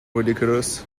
ridiculous